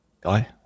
guy